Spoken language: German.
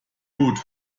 gut